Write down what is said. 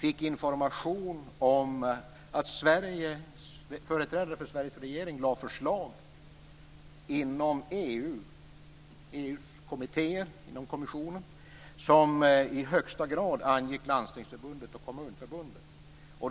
fick information om att företrädare för Sveriges regering lade förslag inom EU:s kommittéer och inom kommissionen som i högsta grad angick Landstingsförbundet och Kommunförbundet.